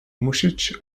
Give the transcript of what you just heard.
musieć